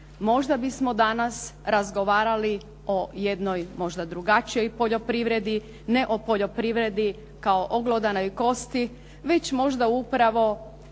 Možda bismo danas razgovarali o jednoj drugačijoj poljoprivredi, ne o poljoprivredi kao oglodanoj kosti, već možda upravo